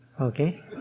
Okay